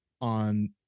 on